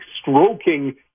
stroking